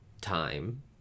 time